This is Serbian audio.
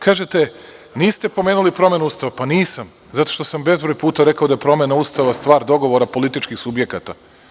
Kažete – niste pomenuli promenu Ustava, pa nisam zato što sam bezbroj puta rekao da je promena Ustava stav dogovora političkih subjekata.